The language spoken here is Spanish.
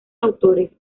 autores